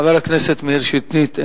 חבר הכנסת מאיר שטרית,